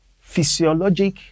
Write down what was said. physiologic